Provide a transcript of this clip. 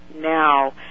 now